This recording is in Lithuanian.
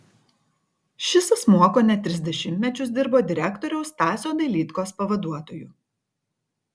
šis asmuo kone tris dešimtmečius dirbo direktoriaus stasio dailydkos pavaduotoju